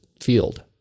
field